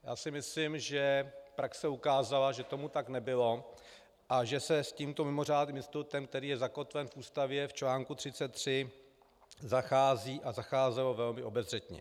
Já si myslím, že praxe ukázala, že tomu tak nebylo a že se s tímto mimořádným institutem, který je zakotven v Ústavě v článku 33, zachází a zacházelo velmi obezřetně.